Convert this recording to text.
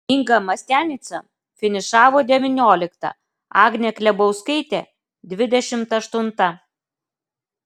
inga mastianica finišavo devyniolikta agnė klebauskaitė dvidešimt aštunta